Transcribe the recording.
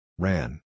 Ran